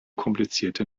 komplizierte